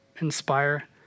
Inspire